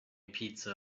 pizza